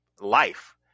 life